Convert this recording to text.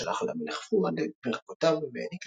עם זאת שלח לה המלך פואד את ברכותיו והעניק